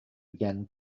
began